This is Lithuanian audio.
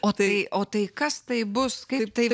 o tai o tai kas tai bus kaip tai